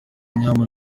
inyama